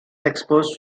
exposes